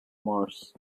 mars